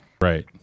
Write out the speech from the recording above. Right